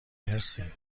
مرسی